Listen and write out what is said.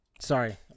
Sorry